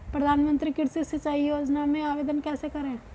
प्रधानमंत्री कृषि सिंचाई योजना में आवेदन कैसे करें?